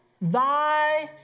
thy